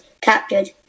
captured